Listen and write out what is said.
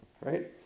right